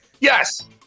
Yes